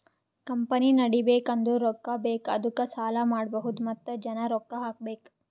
company ನಡಿಬೇಕ್ ಅಂದುರ್ ರೊಕ್ಕಾ ಬೇಕ್ ಅದ್ದುಕ ಸಾಲ ಮಾಡ್ಬಹುದ್ ಮತ್ತ ಜನ ರೊಕ್ಕಾ ಹಾಕಬೇಕ್